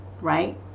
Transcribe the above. right